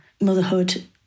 Motherhood